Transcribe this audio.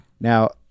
now